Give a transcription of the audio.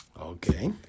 Okay